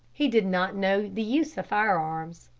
he did not know the use of firearms.